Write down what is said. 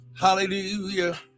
hallelujah